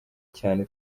cyane